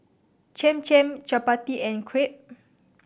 Cham Cham Chapati and Crepe